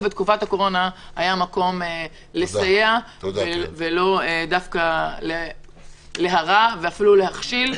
בתקופת הקורונה היה מקום לסייע ולא להרע ואפילו להכשיל.